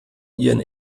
ihren